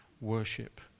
worship